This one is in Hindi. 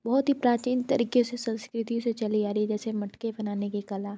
बहुत ही प्राचीन तरीके से संस्कृति से चली आ रही जैसे मटके बनाने की कला